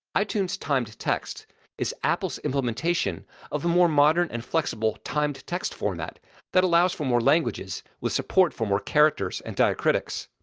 itunes timed text is apple's implementation of a more modern and flexible time to text format that allows for more languages with support for more characters and diacritics.